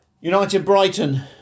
United-Brighton